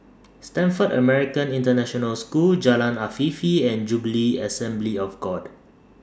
Stamford American International School Jalan Afifi and Jubilee Assembly of God